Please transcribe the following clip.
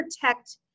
protect